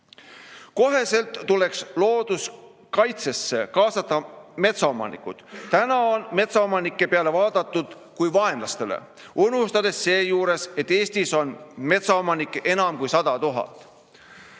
tuleks kohe kaasata metsaomanikud. Täna on metsaomanikele vaadatud kui vaenlastele, unustades seejuures, et Eestis on metsaomanikke enam kui 100 000.